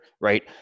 right